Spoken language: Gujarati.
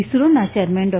ઇસરોના ચેરમેન ડા